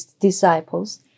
disciples